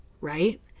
right